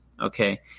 okay